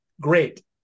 great